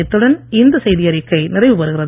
இத்துடன் இந்த செய்தி அறிக்கை நிறைவு பெறுகிறது